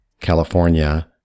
California